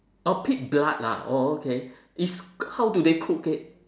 orh pig blood lah orh okay is how do they cook it